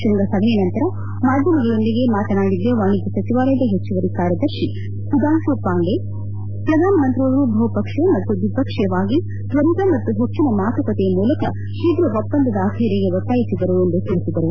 ಶ್ವಂಗ ಸಭೆಯ ನಂತರ ಮಾಧ್ವಮಗಳೊಂದಿಗೆ ಮಾತನಾಡಿದ ವಾಣಿಜ್ಯ ಸಚಿವಾಲಯದ ಹೆಚ್ಚುವರಿ ಕಾರ್ಯದರ್ಶಿ ಸುಧಾಂಶು ಪಾಂಡೇ ಪ್ರಧಾನಮಂತ್ರಿಯವರು ಬಹುಪಕ್ಷೀಯ ಮತ್ತು ದ್ವಿಪಕ್ಷೀಯವಾಗಿ ತ್ವರಿತ ಮತ್ತು ಹೆಚ್ಚಿನ ಮಾತುಕತೆಯ ಮೂಲಕ ಶೀಘ್ರ ಒಪ್ಪಂದದ ಆಖ್ವೆರಿಗೆ ಒತ್ತಾಯಿಸಿದರು ಎಂದು ತಿಳಿಸಿದರು